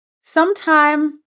sometime